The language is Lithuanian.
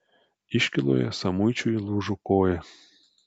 iškyloje samuičiui lūžo koja